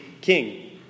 king